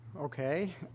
Okay